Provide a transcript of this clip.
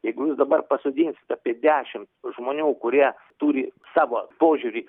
jeigu jūs dabar pasodinsit apie dešim žmonių kurie turi savo požiūrį